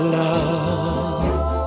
love